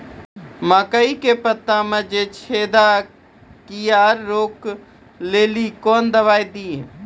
मकई के पता मे जे छेदा क्या रोक ले ली कौन दवाई दी?